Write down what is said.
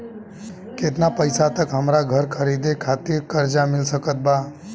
केतना पईसा तक हमरा घर खरीदे खातिर कर्जा मिल सकत बा?